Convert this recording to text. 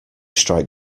strike